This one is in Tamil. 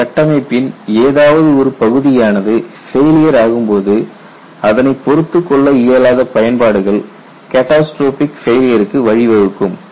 ஒரு கட்டமைப்பின் ஏதாவது ஒரு பகுதியானது ஃபெயிலியர் ஆகும் போது அதனை பொறுத்துக் கொள்ள இயலாத பயன்பாடுகள் கேடாஸ்றோஃபிக் ஃபெயிலியருக்கு வழிவகுக்கும்